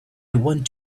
want